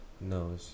No